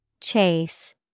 Chase